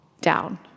down